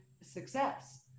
success